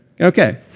Okay